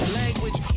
language